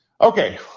Okay